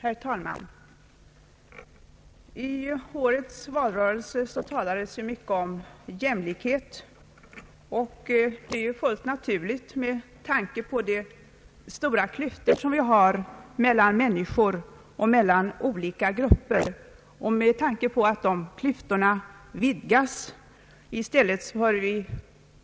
Herr talman! I årets valrörelse talades mycket om jämlikhet, och det är fullt naturligt med tanke på de stora klyftor som vi har mellan människor och mellan olika grupper och med tanke på att de klyftorna vidgas i stället för att utjämnas, som vi